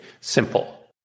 simple